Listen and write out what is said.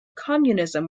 communism